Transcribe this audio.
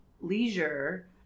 leisure